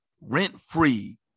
rent-free